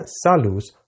Salus